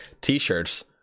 t-shirts